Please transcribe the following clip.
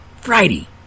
Friday